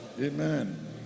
Amen